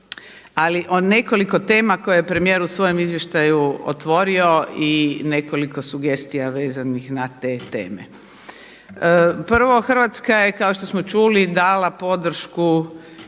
Ali o nekoliko tema koje je premijer u svojem izvještaju otvorio i nekoliko sugestija vezanih na te teme. Prvo, Hrvatska je kao što smo čuli dala podršku izboru